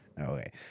Okay